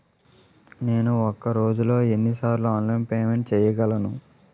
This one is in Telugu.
నేను ఒక రోజులో ఎన్ని సార్లు ఆన్లైన్ పేమెంట్ చేయగలను?